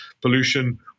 pollution